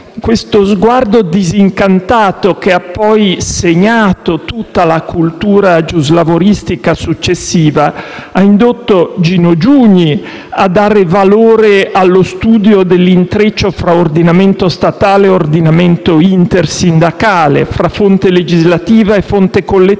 Questo sguardo disincantato, che ha poi segnato tutta la cultura giuslavoristica successiva, italiana e non solo, ha indotto Gino Giugni a dare valore allo studio dell'intreccio fra ordinamento statale e ordinamento intersindacale, tra fonte legislativa e fonte collettiva,